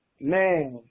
Man